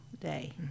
day